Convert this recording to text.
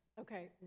Okay